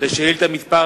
בשאילתא מס'